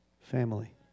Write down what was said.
family